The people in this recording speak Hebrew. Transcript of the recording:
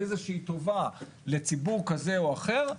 איזה שהיא טובה לציבור כזה או אחר,